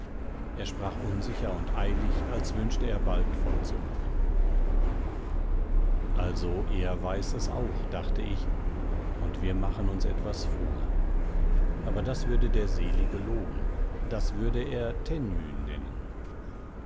er sprach unsicher und eilig als wünschte er bald fortzukommen also er weiß es auch dachte ich und wir machen uns etwas vor aber das würde der selige loben das würde er tenue nennen